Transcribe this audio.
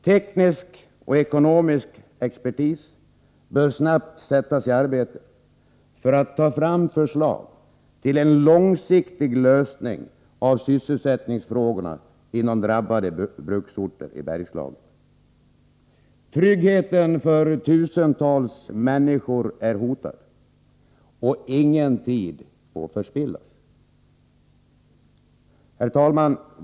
Teknisk och ekonomisk expertis bör snabbt sättas i arbete för att ta fram förslag till en långsiktig lösning av sysselsättningsfrågorna inom drabbade bruksorter i Bergslagen. Tryggheten för tusentals människor är hotad och ingen tid får förspillas. Herr talman!